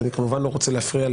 ואני לא רוצה להפריע,